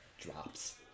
drops